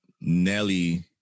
Nelly